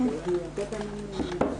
תודה רבה.